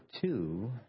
two